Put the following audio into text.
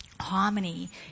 Harmony